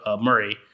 Murray